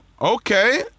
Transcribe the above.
Okay